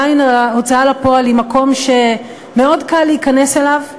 אבל עדיין ההוצאה לפועל היא מקום שמאוד קל להיכנס אליו,